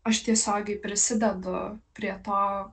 aš tiesiogiai prisidedu prie to